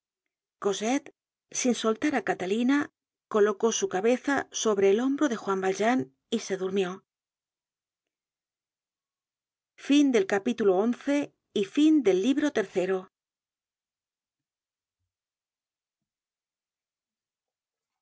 cosette sin soltar á catalina colocó su cabeza sobre el hombro de juan valjean y se durmió